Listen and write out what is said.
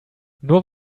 nur